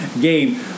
game